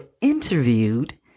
interviewed